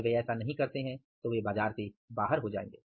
अगर वे ऐसा नहीं करते हैं तो वे बाजार से बाहर हो जायेंगे